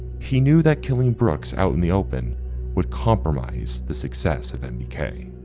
he knew that killing brooks out in the open would compromise the success of mdk,